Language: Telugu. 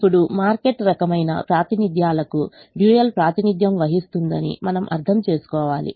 ఇప్పుడు మార్కెట్ రకమైన ప్రాతినిధ్యాలను డ్యూయల్ ప్రాతినిధ్యం వహిస్తుందని మనం అర్థం చేసుకోవాలి